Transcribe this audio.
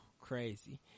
crazy